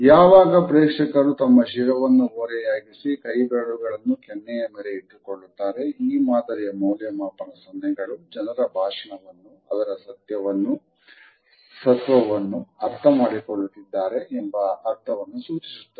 ಯಾವಾಗ ಪ್ರೇಕ್ಷಕರು ತಮ್ಮ ಶಿರವನ್ನು ಓರೆಯಾಗಿಸಿ ಕೈಬೆರಳುಗಳನ್ನು ಕೆನ್ನೆಯ ಮೇಲೆ ಇಟ್ಟುಕೊಳ್ಳುತ್ತಾರೆ ಈ ಮಾದರಿಯ ಮೌಲ್ಯಮಾಪನ ಸನ್ನೆಗಳು ಜನರು ಭಾಷಣವನ್ನು ಅದರ ಸತ್ವವನ್ನು ಅರ್ಥ ಮಾಡಿಕೊಳ್ಳುತ್ತಿದ್ದಾರೆ ಎಂಬ ಅರ್ಥವನ್ನು ಸೂಚಿಸುತ್ತದೆ